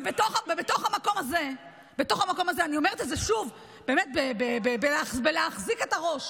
בתוך המקום הזה אני אומרת את זה שוב באמת בלהחזיק את הראש: